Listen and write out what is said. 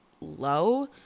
low